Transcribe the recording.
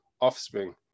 offspring